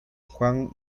juan